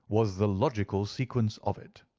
was the logical sequence of it.